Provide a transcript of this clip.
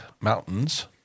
Mountains